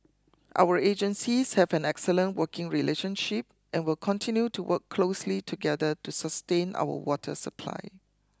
our agencies have an excellent working relationship and will continue to work closely together to sustain our water supply